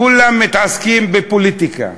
כולם מתעסקים בפוליטיקה,